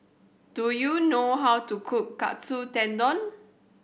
do you know how to cook Katsu Tendon